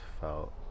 felt